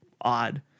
odd